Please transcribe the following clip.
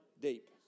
Deep